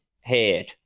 head